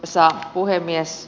arvoisa puhemies